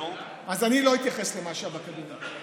אז אני לא אתייחס למה שהיה בקבינט.